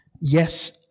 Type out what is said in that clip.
yes